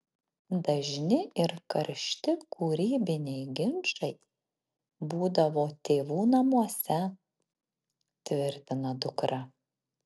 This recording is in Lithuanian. dažni ir karšti kūrybiniai ginčai būdavo tėvų namuose tvirtina dukra